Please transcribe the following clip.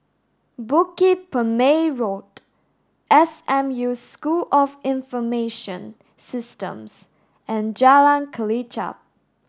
Bukit Purmei Road S M U School of Information Systems and Jalan Kelichap